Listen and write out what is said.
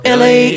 la